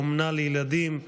אומנה לילדים,